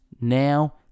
now